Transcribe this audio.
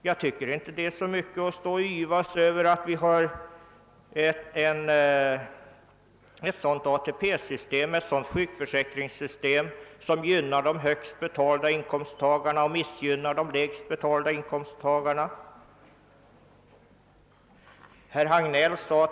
Jag tycker inte det är så mycket att yvas över ett sådant ATP-system och ett sådant sjukförsäkringssystem, eftersom <de högst betalda inkomsttagarna gynnas medan de sämst betalda missgynnas.